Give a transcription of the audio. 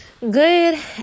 Good